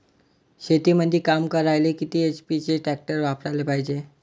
शेतीमंदी काम करायले किती एच.पी चे ट्रॅक्टर वापरायले पायजे?